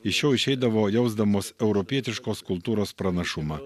iš jo išeidavo jausdamos europietiškos kultūros pranašumą